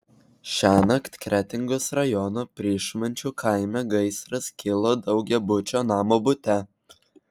šiąnakt kretingos rajono pryšmančių kaime gaisras kilo daugiabučio namo bute